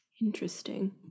Interesting